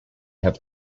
have